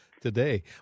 today